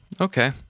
Okay